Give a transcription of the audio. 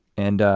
and